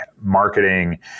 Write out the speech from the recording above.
marketing